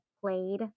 played